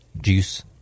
juice